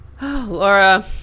Laura